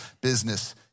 business